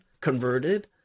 converted